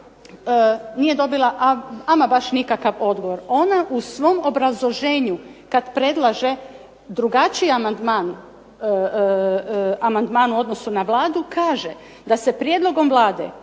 nije dobila ama baš nikakav odgovor. Ona u svom obrazloženju kad predlaže drugačiji amandman u odnosu na Vladu kaže da se prijedlogom Vlade